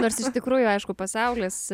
nors iš tikrųjų aišku pasaulis